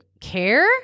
care